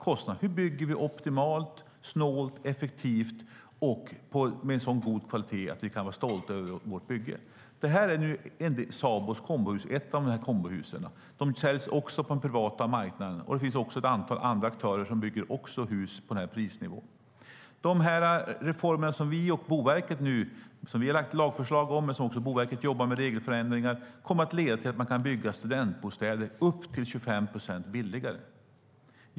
Man ställde frågan: Hur bygger vi optimalt, snålt, effektivt och med en sådan god kvalitet att vi kan vara stolta över vårt bygge? Sabos Kombohus är ett exempel på detta. Dessa hus säljs också på den privata marknaden. Det finns även ett antal andra aktörer som bygger hus på denna prisnivå. De reformer som vi nu har lagt fram lagförslag om och de regelförändringar som Boverket jobbar med kommer att leda till att man kan bygga studentbostäder så mycket som 25 procent billigare.